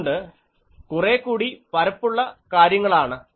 അതുകൊണ്ട് കുറേക്കൂടി പരപ്പുള്ള കാര്യങ്ങളാണ്